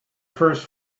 first